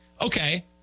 okay